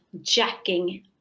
jacking